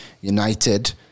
United